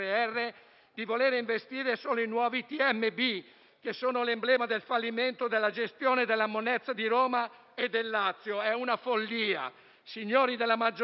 di voler investire solo in nuovi impianti TMB, che sono l'emblema del fallimento della gestione della *monnezza* di Roma e del Lazio: è una follia. Signori della maggioranza,